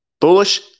Bullish